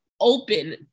open